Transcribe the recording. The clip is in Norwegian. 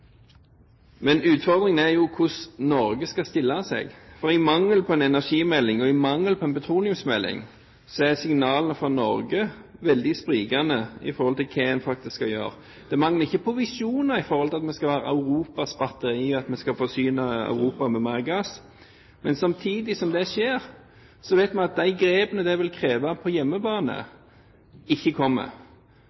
Men utfordringen er hvordan Norge skal stille seg, for i mangel av en energimelding, og i mangel av en petroleumsmelding, er signalene fra Norge veldig sprikende når det gjelder hva man faktisk skal gjøre. Det mangler ikke på visjoner om at vi skal være Europas batteri – at vi skal forsyne Europa med mer gass. Men samtidig som det skjer, vet vi at de grepene det vil kreve på hjemmebane,